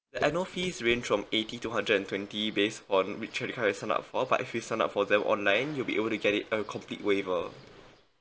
the annual fees range of eighty to hundred and twenty based on which credit card you sign up for but if you sign up for them online you'll be able to get it a complete waiver